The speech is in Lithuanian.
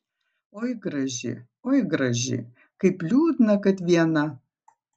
oi graži oi graži kaip liūdna kad viena